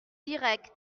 direct